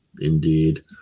Indeed